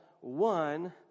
one